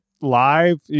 live